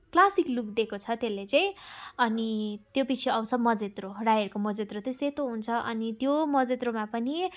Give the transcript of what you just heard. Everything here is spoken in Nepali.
क्लासिक लुक दिएको छ त्यसले चाहिँ अनि त्योपिच्छे आउँछ मजेत्रो राईहरूको मजेत्रो चाहिँ सेतो हुन्छ अनि त्यो मजेत्रोमा पनि